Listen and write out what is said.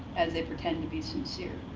as they pretend to be sincere.